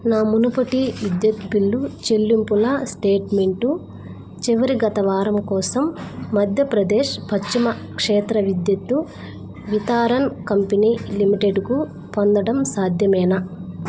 నా మునుపటి విద్యుత్ బిల్లు చెల్లింపుల స్టేట్మెంటు చివరి గత వారం కోసం మధ్యప్రదేశ్ పశ్చిమ క్షేత్ర విద్యుత్తు వితారన్ కంపెనీ లిమిటెడ్కు పొందడం సాధ్యమేనా